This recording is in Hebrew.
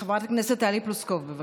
חברת הכנסת טלי פלוסקוב, בבקשה.